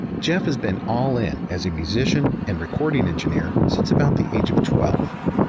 jeff has been all in as a musician and recording engineer since about the age of twelve.